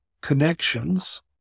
connections